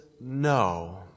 no